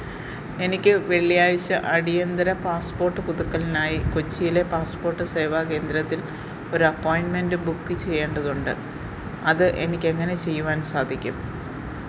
എനിക്ക് വെള്ളിയാഴ്ച അടിയന്തര പാസ്പോർട്ട് പുതുക്കലിനായി കൊച്ചിയിലെ പാസ്പോർട്ട് സേവാ കേന്ദ്രത്തിൽ ഒരു അപ്പോയിൻമെൻ്റ് ബുക്ക് ചെയ്യേണ്ടതുണ്ട് അത് എനിക്കെങ്ങനെ ചെയ്യുവാന് സാധിക്കും